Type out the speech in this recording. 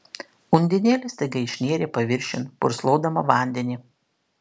undinėlė staiga išnėrė paviršiun purslodama vandenį